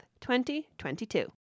2022